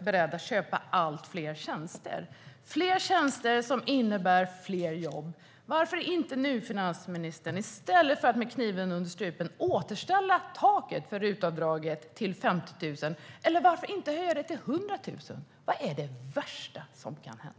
beredda att köpa allt fler tjänster - fler tjänster som innebär fler jobb. Varför inte nu i stället för med kniven mot strupen återställa taket för RUT-avdraget till 50 000, finansministern? Eller varför inte höja det till 100 000? Vad är det värsta som kan hända?